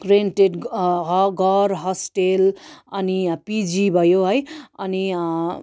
rented ह घर hostel अनि पिजी भयो है अनि